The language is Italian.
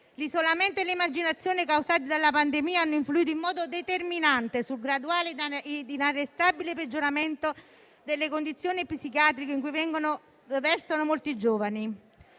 L'isolamento e l'emarginazione causati dalla pandemia hanno influito in modo determinante sul graduale e inarrestabile peggioramento delle condizioni psichiatriche in cui versano molti giovani.